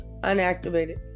unactivated